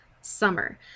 summer